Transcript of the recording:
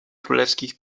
królewskich